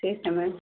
ठीक है मैम